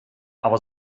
aber